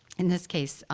in this case,